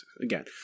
again